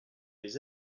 les